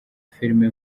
filimi